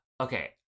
Okay